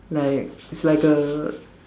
like is like a